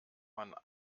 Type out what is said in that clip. man